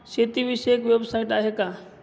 शेतीविषयक वेबसाइट आहे का?